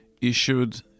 issued